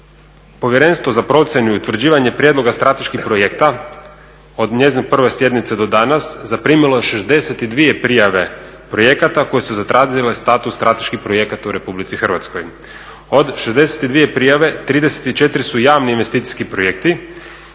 Povjerenstvo za procjenu i utvrđivanje prijedloga strateških projekta od njezine prve sjednice do danas zaprimilo je 62 prijave projekata koje su zatražile status strateških projekata u RH. Od 62 prijave 34 su javni investicijski projekti